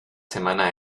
semana